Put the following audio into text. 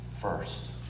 first